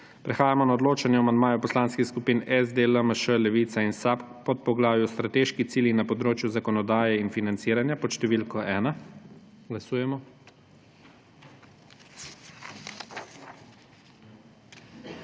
Prehajamo na odločanje o amandmaju poslanskih skupin SD, LMŠ, Levica in SAB k podpoglavju Strateški cilji na področju zakonodaje in financiranja pod številko 4. Glasujemo.